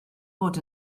bod